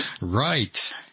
Right